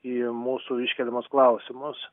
į mūsų iškeliamus klausimus